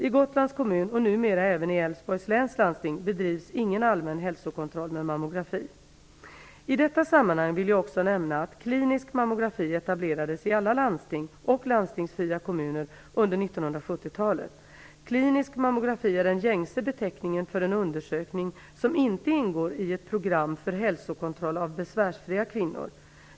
I Gotlands kommun och numera även i Älvsborgs läns landsting bedrivs ingen allmän hälsokontroll med mammografi. I detta sammanhang vill jag också nämna att klinisk mammografi etablerades i alla landsting och landstingsfria kommuner under 1970-talet. Klinisk mammografi är den gängse beteckningen för en undersökning som inte ingår i ett program för hälsokontroll av besvärsfria kvinnor.